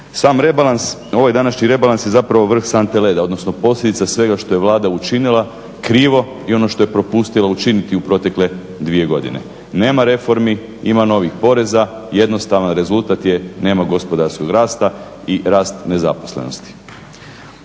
Sam rebalans, ovaj današnji rebalans je zapravo vrh sante leda, odnosno posljedica svega što je Vlada učinila krivo i ono što je propustila učiniti u protekle dvije godine. Nema reformi, ima novih poreza. Jednostavan rezultat je nema gospodarskog rasta i rast nezaposlenosti.